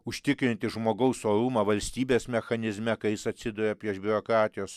užtikrinti žmogaus orumą valstybės mechanizme kai jis atsiduria prieš biurokratijos